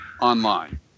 online